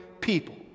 people